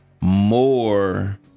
more